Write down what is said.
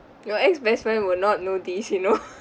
your ex best friend will not know this you know